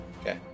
okay